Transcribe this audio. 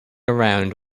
around